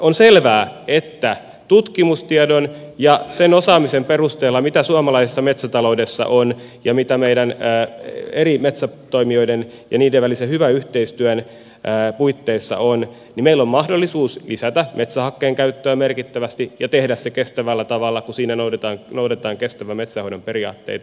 on selvää että tutkimustiedon ja sen osaamisen perusteella mitä suomalaisessa metsätaloudessa on ja mitä meidän eri metsätoimijoiden ja niiden välisen hyvän yhteistyön puitteissa on meillä on mahdollisuus lisätä metsähakkeen käyttöä merkittävästi ja tehdä se kestävällä tavalla kun siinä noudatetaan kestävän metsänhoidon periaatteita